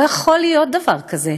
לא יכול להיות דבר כזה.